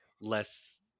less